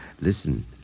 Listen